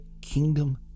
kingdom